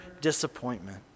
disappointment